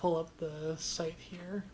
pull up the site here